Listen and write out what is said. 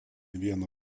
vieną